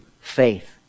faith